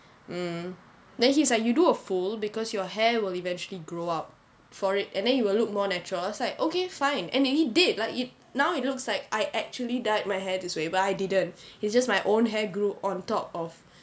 mm then he's like you do a full because your hair will eventually grow out for it and then you will look more natural I was like okay fine and he did like it now it looks like I actually dyed my hair this way but I didn't is just my own hair grew on top of